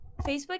Facebook